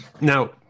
Now